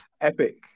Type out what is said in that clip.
epic